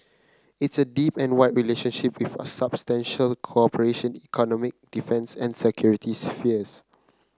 it's a deep and wide relationship with substantial cooperation economy defence and security spheres